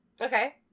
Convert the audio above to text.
Okay